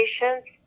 patients